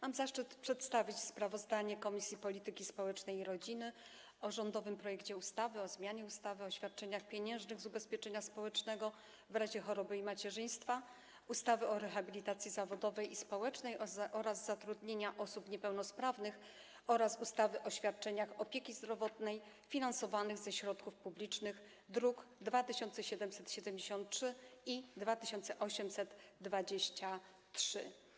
Mam zaszczyt przedstawić sprawozdanie Komisji Polityki Społecznej i Rodziny o rządowym projekcie ustawy o zmianie ustawy o świadczeniach pieniężnych z ubezpieczenia społecznego w razie choroby i macierzyństwa, ustawy o rehabilitacji zawodowej i społecznej oraz zatrudnianiu osób niepełnosprawnych oraz ustawy o świadczeniach opieki zdrowotnej finansowanych ze środków publicznych, druki nr 2773 i 2823.